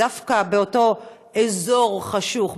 דווקא באותו אזור חשוך,